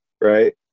right